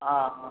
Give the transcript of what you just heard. ஆ